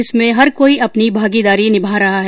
इसमें हर कोई अपनी भागीदारी निभा रहा है